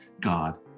God